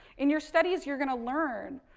in your studies, you're going to learn,